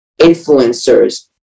influencers